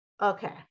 Okay